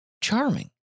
charming